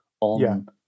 on